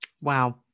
Wow